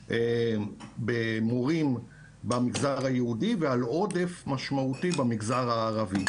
במורים במגזר היהודי ועודף משמעותי במגזר הערבי,